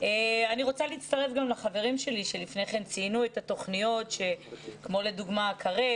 אני רוצה להצטרף לחברים שלי שלפני כן ציינו את התוכניות כמו לדוגמה קרב,